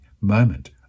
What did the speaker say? moment